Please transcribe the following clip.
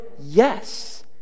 Yes